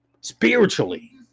Spiritually